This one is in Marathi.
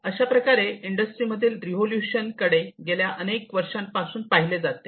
अशाप्रकारे इंडस्ट्रीमधील रिव्होल्यूशन कडे गेल्या अनेक वर्षांपासून पाहिले जाते